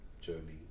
journey